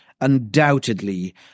undoubtedly